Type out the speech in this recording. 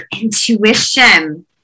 intuition